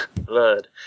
Blood